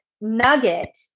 nugget